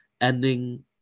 Ending